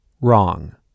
Wrong